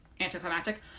anticlimactic